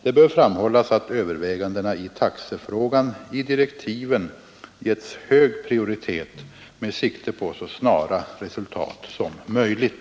Det bör framhållas att övervägandena i taxefrågan i direktiven getts hög prioritet med sikte på så snara resultat som möjligt.